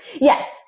Yes